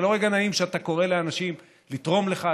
זה לא רגע נעים שאתה קורא לאנשים לתרום לך,